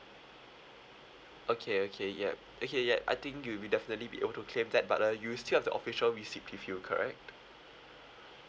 okay okay yup okay yeah I think you'll be definitely be able to claim that but uh you still have the official receipt with you correct